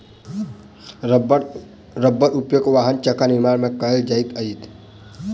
रबड़क उपयोग वाहनक चक्का निर्माण में कयल जाइत अछि